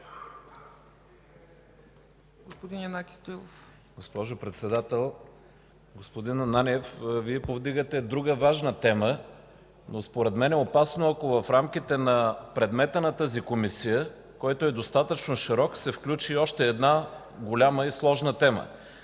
СТОИЛОВ (БСП ЛБ): Госпожо Председател, господин Ананиев! Вие повдигате друга важна тема, но според мен е опасно, ако в рамките на предмета на тази Комисия, който е достатъчно широк, се включи още една голяма и сложна тема.